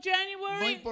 January